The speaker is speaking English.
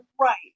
Right